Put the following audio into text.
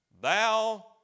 thou